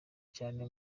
cyane